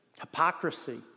hypocrisy